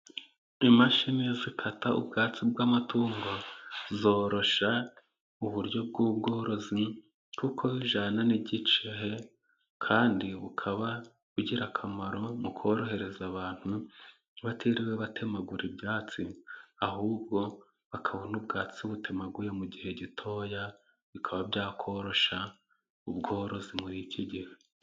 Imashini zikata ubwatsi bw'amatungo zoroshya uburyo bw'ubworozi kuko zijyana n'igice, kandi bukaba bugira akamaro mu korohereza abantu batiriwe batemagura ibyatsi, ahubwo bakabona ubwatsi butemaguye mu gihe gitoya, bikaba byakoroshya ubworozi muri iki gihe.